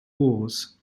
wars